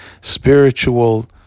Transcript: spiritual